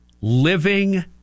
living